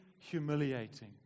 humiliating